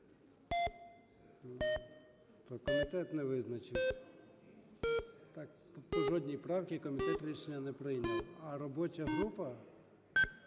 Комітет не визначився, по жодній правці комітет рішення не прийняв, а робоча група